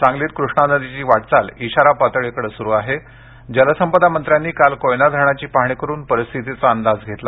सांगलीत कृष्णा नदीची वाटचाल इशारा पातळीकडे सुरु आहे जलसंपदा मंत्र्यांनी काल कोयना धरणाची पाहणी करून परिस्थितीचा अंदाज घेतला